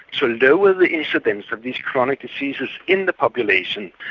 to lower the incidence of these chronic diseases in the population,